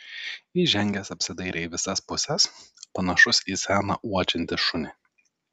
įžengęs apsidairė į visas puses panašus į seną uodžiantį šunį